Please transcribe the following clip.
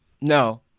No